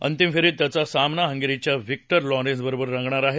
अंतिम फेरीत त्याचा सामना हंगेरीच्या व्हिक उ लॉरेन्ज बरोबर रंगणार आहे